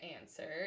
answer